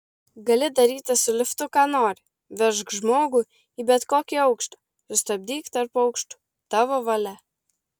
gali daryti su liftu ką nori vežk žmogų į bet kokį aukštą sustabdyk tarp aukštų tavo valia